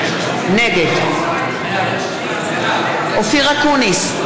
נגד אופיר אקוניס,